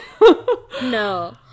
No